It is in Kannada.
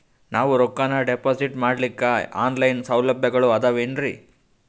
ನಾವು ರೊಕ್ಕನಾ ಡಿಪಾಜಿಟ್ ಮಾಡ್ಲಿಕ್ಕ ಆನ್ ಲೈನ್ ಸೌಲಭ್ಯಗಳು ಆದಾವೇನ್ರಿ?